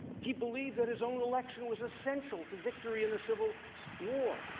he believed and his own election was essential to victory in the civil war.